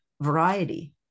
variety